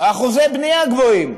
אחוזי בנייה גבוהים.